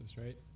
right